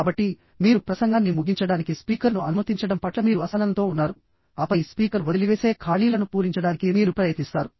కాబట్టిమీరు ప్రసంగాన్ని ముగించడానికి స్పీకర్ను అనుమతించడం పట్ల మీరు అసహనంతో ఉన్నారుఆపై స్పీకర్ వదిలివేసే ఖాళీలను పూరించడానికి మీరు ప్రయత్నిస్తారు